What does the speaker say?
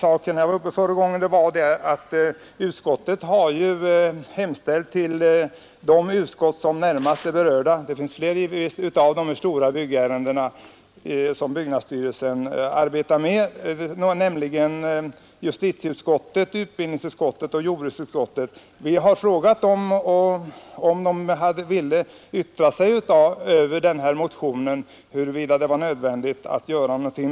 Finansutskottet frågade de utskott som närmast är berörda av de stora byggärenden som byggnadsstyrelsen handlägger — justitieutskottet, utbildningsutskottet och jordbruksutskottet om de ville yttra sig över denna motion och tala om huruvida de ansåg att det var nödvändigt att göra någonting.